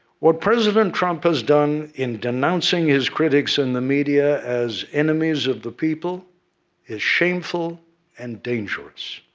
what president trump has done in denouncing his critics in the media as enemies of the people is shameful and dangerous.